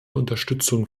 unterstützung